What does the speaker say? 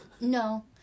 No